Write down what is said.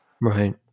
Right